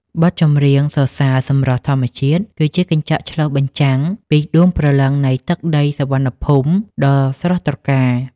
បទចម្រៀងសរសើរសម្រស់ធម្មជាតិ គឺជាកញ្ចក់ឆ្លុះបញ្ចាំងពីដួងព្រលឹងនៃទឹកដីសុវណ្ណភូមិដ៏ស្រស់ត្រកាល។